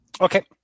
Okay